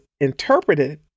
interpreted